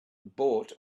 bought